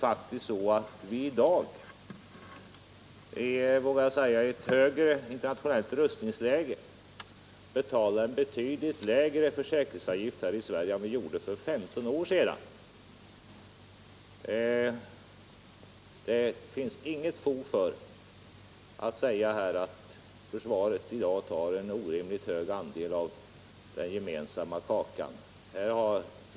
Jag vågar säga att vi i dag har en högre internationell rustningsnivå än för femton år sedan, men trots det betalar vi alltså i dag en betydligt lägre försäkringsavgift här i Sverige än vi gjorde då. Det finns inget fog för att säga att försvaret i dag tar en orimligt stor andel av den gemensamma kakan.